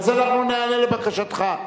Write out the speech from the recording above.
אז אנחנו ניענה לבקשתך.